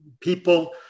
people